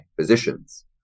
physicians